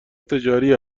تجاری